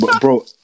bro